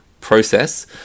process